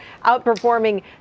outperforming